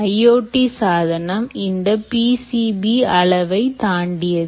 IoT சாதனம் இந்த PCB அளவை தாண்டாது